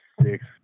six